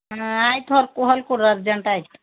ಆಯಿತು ಹೊಲ್ಕೊಡಿ ಅರ್ಜೆಂಟಾಯಿತು